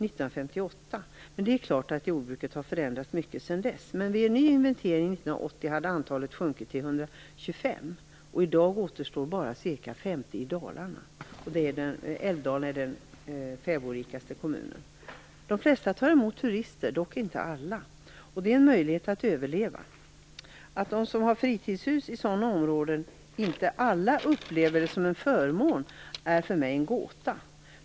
Självfallet har jordbruket förändrats mycket sedan dess, men vid en ny inventering 1980 hade antalet sjunkit till 125. I dag återstår bara ca 50 fäbodar i Dalarna. Älvdalen är den fäbodrikaste kommunen. De flesta tar emot turister, dock inte alla. Det är en möjlighet att överleva. Att inte alla som har fritidshus i sådana här områden upplever det som en förmån är för mig en gåta.